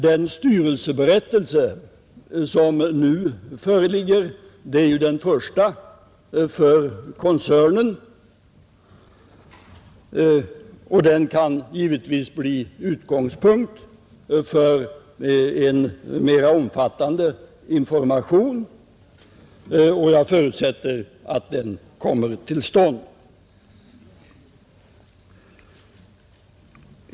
Den styrelseberättelse som nu föreligger är ju den första för koncernen, och den kan givetvis bli utgångspunkt för en mera omfattande information. Jag förutsätter att denna kommer till stånd.